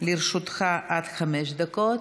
לרשותך עד חמש דקות,